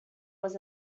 was